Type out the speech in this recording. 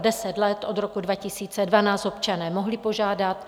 Deset let od roku 2012 občané mohli požádat.